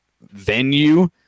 venue